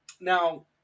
now